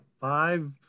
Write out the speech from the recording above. five –